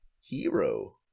hero